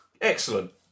Excellent